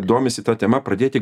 domisi ta tema pradėti